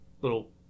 little